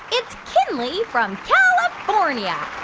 it's kinley from california.